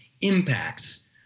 impacts